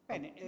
Bene